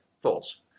thoughts